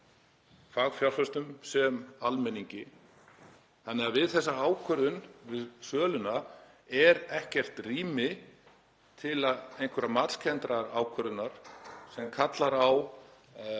fagfjárfestum sem almenningi, þannig að við þessa ákvörðun við söluna er ekkert rými til einhverrar matskenndrar ákvörðunar sem kallar á